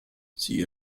sie